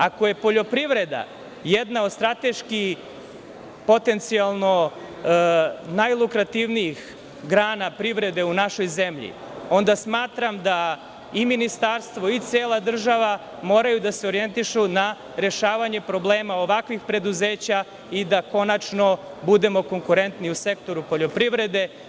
Ako je poljoprivreda jedna od strateški potencijalno najlukrativnijih grana privrede u našoj zemlji, onda smatram da i ministarstvo i cela država moraju da se orijentišu na rešavanje problema ovakvih preduzeća i da konačno budemo konkurentni u sektoru poljoprivrede.